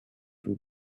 would